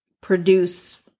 produce